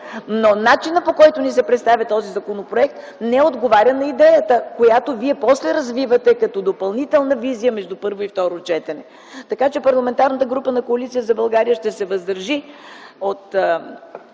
но начинът, по който ни се представя той, не отговаря на идеята, която Вие после развивате като допълнителна визия между първо и второ четене. Парламентарната група на Коалиция за България ще се въздържи от